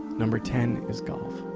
number ten is golf.